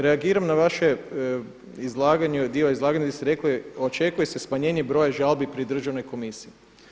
Reagiram na vaše izlaganje, dio izlaganja gdje ste rekli, očekuje se smanjenje broja žalbi pri državnoj komisiji.